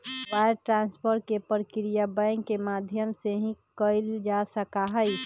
wire transfer के प्रक्रिया bank के माध्यम से ही कइल जा सका हई